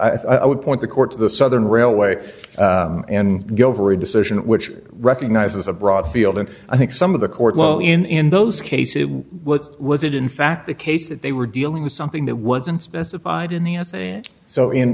thought i would point the court to the southern railway and go over a decision which recognizes a broad field and i think some of the court low in in those cases was it in fact the case that they were dealing with something that wasn't specified in the